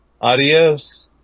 Adios